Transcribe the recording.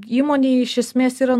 įmonei iš esmės yra